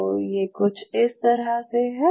तो ये कुछ इस तरह से है